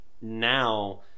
now